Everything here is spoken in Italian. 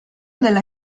della